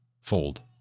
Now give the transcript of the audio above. fold